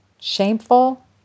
shameful